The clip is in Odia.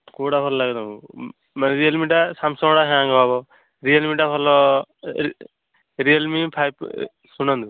କେଉଁଟା ଭଲ ଲାଗେ ତମକୁ ମାନେ ରିଅଲ ମି ଟା ସାମସଙ୍ଗ ଭଳିଆ ହ୍ୟାଙ୍ଗ ହେବ ରିଅଲ ମି ଟା ଭଲ ରିଅଲ ମି ଫାଇଭ ଶୁଣନ୍ତୁ